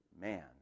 man